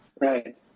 Right